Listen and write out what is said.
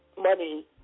money